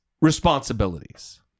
responsibilities